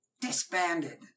disbanded